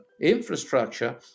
infrastructure